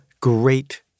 great